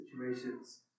situations